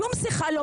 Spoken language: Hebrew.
ומתי זה יהיה מיושם?